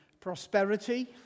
prosperity